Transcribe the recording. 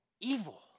evil